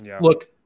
look